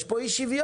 יש כאן אי שוויון.